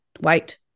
wait